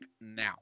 now